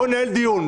בואו ננהל דיון.